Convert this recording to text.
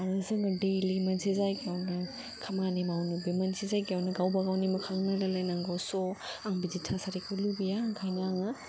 आरो जोङो डैलि मोनसे जायगायाव नो खामानि मावनोबो बे मोनसे जायगायावनो गावबा गावनि मोखां नायलाय लायनांगौ स' आं बिदि थासारिखौ लुगैया ओंखायनो आङो